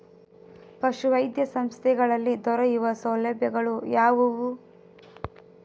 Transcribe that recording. ಪಶುವೈದ್ಯ ಸಂಸ್ಥೆಗಳಲ್ಲಿ ದೊರೆಯುವ ಸೌಲಭ್ಯಗಳು ಯಾವುವು?